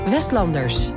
Westlanders